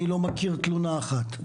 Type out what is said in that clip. אני לא מכיר תלונה אחת.